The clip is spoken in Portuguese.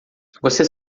você